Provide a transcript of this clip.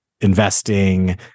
Investing